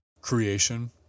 creation